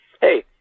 Hey